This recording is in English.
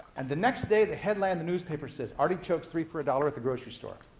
and the next day, the headline in the newspaper says, artie chokes three for a dollar at the grocery store.